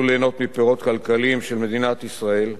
ליהנות מפירות כלכליים של מדינת ישראל,